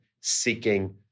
seeking